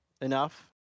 enough